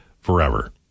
forever